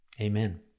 Amen